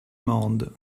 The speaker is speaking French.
mende